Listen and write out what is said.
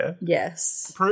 Yes